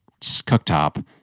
cooktop